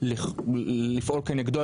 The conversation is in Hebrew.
לפעול כנגדו,